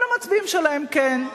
אבל המצביעים שלהם כן.